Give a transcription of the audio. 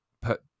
put